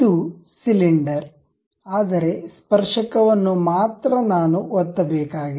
ಇದು ಸಿಲಿಂಡರ್ ಆದರೆ ಸ್ಪರ್ಶಕ ವನ್ನು ಮಾತ್ರ ನಾನು ಒತ್ತಬೇಕಾಗಿದೆ